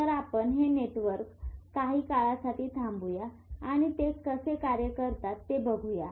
तर आपण हे नेटवर्कआपण काही काळासाठी थांबूया आणि ते कसे कार्य करतात ते बघूया